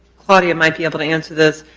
claudia might be able to answer this.